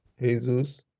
Jesus